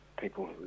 people